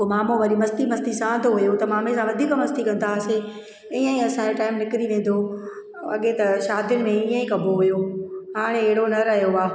पोइ मामो वरी मस्ती मस्ती सां त हुओ त मामे सां वधीक मस्ती कंदा हुआसीं इअंई असांजो टाइम निकिरी वेंदो अॻे त शादियुनि में इअंई कबो हुओ हाणे हेॾो न रहियो आहे